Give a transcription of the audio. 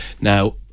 Now